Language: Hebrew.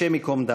השם ייקום דמה.